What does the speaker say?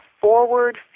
forward